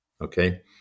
Okay